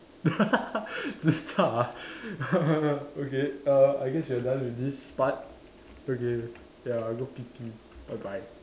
ya okay err I guess we are done with this part okay ya I go pee pee bye bye